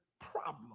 problem